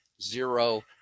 zero